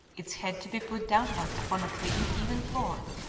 its head to be put downward upon a clean, even floor,